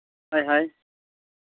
ᱦᱳᱭ ᱦᱳᱭ